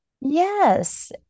Yes